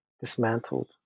dismantled